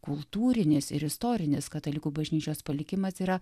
kultūrinės ir istorinės katalikų bažnyčios palikimas yra